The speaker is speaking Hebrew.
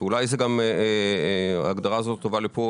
אולי ההגדרה טובה גם לכאן,